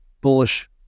bullish